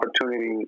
opportunity